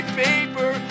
paper